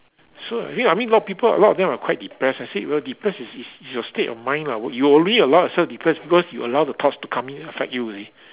so okay I mean a lot of people a lot of them are quite depressed I said well depressed is is is your state of mind lah you will only allow yourself depressed because you allow the thoughts to come in affect you